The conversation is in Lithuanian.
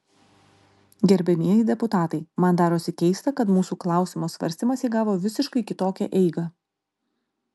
gerbiamieji deputatai man darosi keista kad mūsų klausimo svarstymas įgavo visiškai kitokią eigą